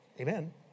Amen